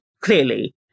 Clearly